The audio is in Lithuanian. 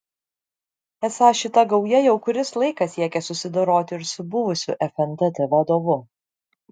esą šita gauja jau kuris laikas siekia susidoroti ir su buvusiu fntt vadovu